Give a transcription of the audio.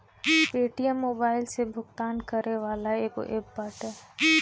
Paytm mobile से भुगतान करे वाला एगो एप्प बाटे